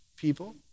people